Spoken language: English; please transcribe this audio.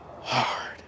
hard